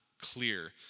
clear